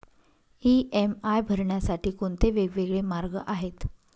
EMI भरण्यासाठी कोणते वेगवेगळे मार्ग आहेत?